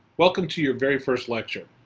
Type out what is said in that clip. welcome to your very first lecture.